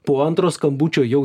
po antro skambučio jau